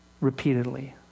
repeatedly